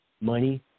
money